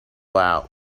out